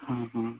ਹਾਂ ਹਾਂ